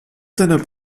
seiner